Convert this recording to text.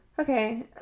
okay